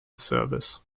service